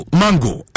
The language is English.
mango